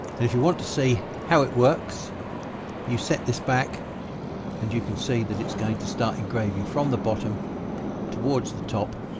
and if you want to see how it works you set this back and you can see that it's going to start engraving from the bottom towards the top